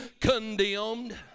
condemned